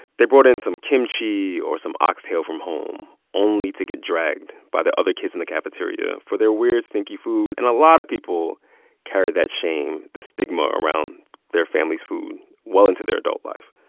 they brought in some kimchi or some oxtail from home, only to get dragged by the other kids in the cafeteria for their weird, stinky food. and a lot of people carry that shame, the stigma, around their family's food well into their adult life.